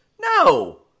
No